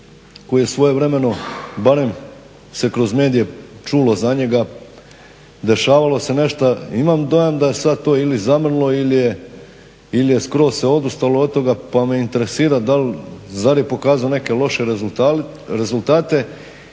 koje svojevremeno barem se kroz medije čulo za njega, dešavalo se nešto, imam dojam da je sad to ili zamrlo ili je skroz se odustalo od toga, pa me interesira dal, zar je pokazao neke loše rezultate